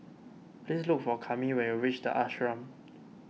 please look for Kami when you reach the Ashram